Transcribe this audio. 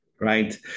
right